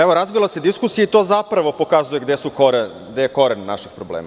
Evo, razvila se diskusija i to zapravo pokazuje gde je koren naših problema.